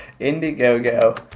Indiegogo